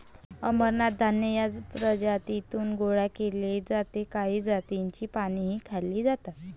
अमरनाथ धान्य या प्रजातीतून गोळा केले जाते काही जातींची पानेही खाल्ली जातात